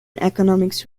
economics